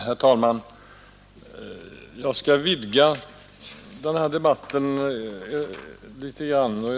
Herr talman! Jag skall vidga den här debatten litet grand.